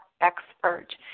expert